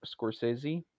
Scorsese